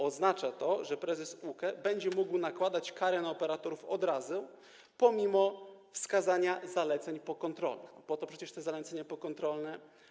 Oznacza to, że prezes UKE będzie mógł nakładać kary na operatorów od razu pomimo wskazania zaleceń pokontrolnych - a po to przecież są zalecenia pokontrolne.